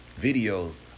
videos